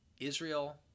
Israel